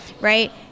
right